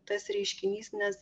tas reiškinys nes